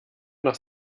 noch